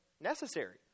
necessary